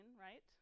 right